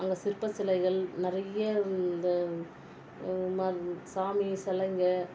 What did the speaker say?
அங்கே சிற்ப சிலைகள் நிறைய அந்த சாமி சிலைங்க